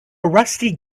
rusty